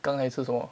刚才吃什么